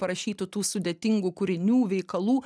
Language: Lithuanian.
parašytų tų sudėtingų kūrinių veikalų